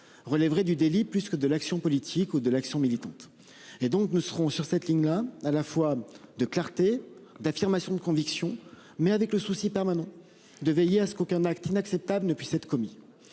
relèveraient du délit plus que de l'action politique ou de l'action militante et donc nous serons sur cette ligne-là, à la fois de clarté d'affirmation de conviction mais avec le souci permanent de veiller à ce qu'aucun acte inacceptable ne puisse être commis